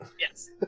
Yes